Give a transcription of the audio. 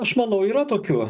aš manau yra tokių